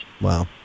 Wow